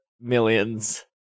millions